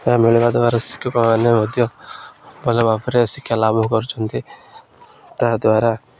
ଏହା ମିଳିବା ଦ୍ୱାରା ଶିକ୍ଷକମାନେ ମଧ୍ୟ ଭଲ ଭାବରେ ଶିକ୍ଷା ଲାଭ କରୁଛନ୍ତି ତାଦ୍ୱାରା